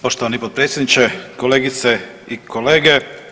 Poštovani potpredsjedniče, kolegice i kolege.